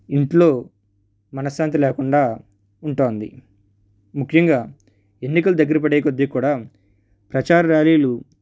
ఇంట్లో మనశ్శాంతి లేకుండా ఉంటోంది ముఖ్యంగా ఎన్నికలు దగ్గర పడేకొద్దీ కూడా ప్రచార ర్యాలీలు